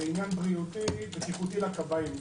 זה עניין בריאותי בטיחותי לכבאים.